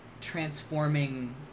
transforming